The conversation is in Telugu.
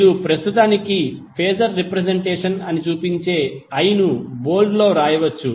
మీరు ప్రస్తుతానికి ఫేజర్ రెప్రెసెంటేషన్ అని చూపించే I ను బోల్డ్ లో వ్రాయవచ్చు